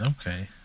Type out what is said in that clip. Okay